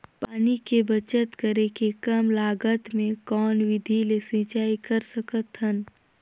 पानी के बचत करेके कम लागत मे कौन विधि ले सिंचाई कर सकत हन?